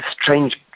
strange